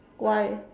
why